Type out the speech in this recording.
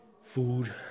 Food